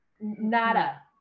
nada